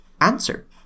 answer